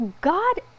God